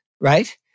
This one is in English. right